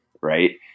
right